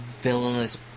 villainous